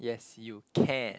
yes you can